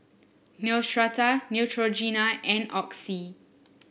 Neostrata Neutrogena and Oxy